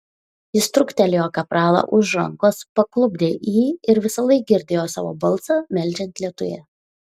jis trūktelėjo kapralą už rankos paklupdė jį ir visąlaik girdėjo savo balsą meldžiant lietuje